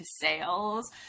sales